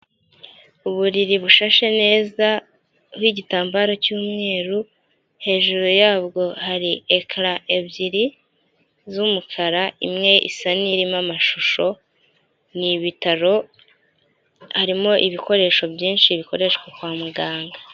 Uburiri bushashe neza n'igitambaro cy'umweru hejuru yabwo hari ekara ebyiri z'umukara imwe isa n'irimo amashusho, ni bitaro harimo ibikoresho byinshi bikoreshwa kwa muganga.